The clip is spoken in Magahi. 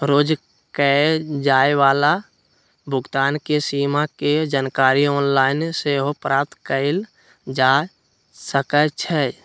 रोज कये जाय वला भुगतान के सीमा के जानकारी ऑनलाइन सेहो प्राप्त कएल जा सकइ छै